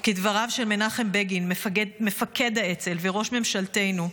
וכדבריו של מנחם בגין, מפקד האצ"ל וראש ממשלתנו: